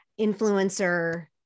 influencer